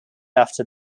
after